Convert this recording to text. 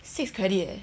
six credit leh